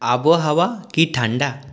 আবহাওয়া কি ঠান্ডা